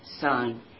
son